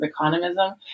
economism